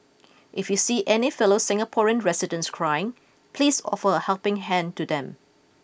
if you see any fellow Singaporean residents crying please offer a helping hand to them